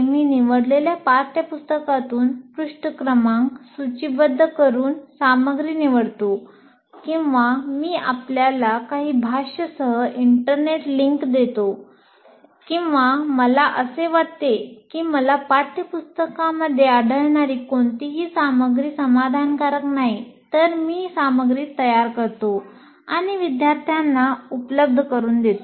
मी निवडलेल्या पाठ्यपुस्तकातून पृष्ठ क्रमांक सूचीबद्ध करून सामग्री निवडतो किंवा मी आपल्याला काही भाष्य सह इंटरनेट लिंक देतो किंवा मला असे वाटते की मला पाठ्यपुस्तकांमध्ये आढळणारी कोणतीही सामग्री समाधानकारक नाही तर मी सामग्री तयार करतो आणि विद्यार्थ्याना उपलब्ध करून देतो